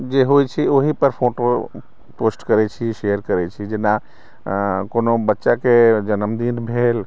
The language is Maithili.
जे होइ छै ओहि पर फोटो पोस्ट करै छी शेयर करै छी जेना कोनो बच्चाके जन्मदिन भेल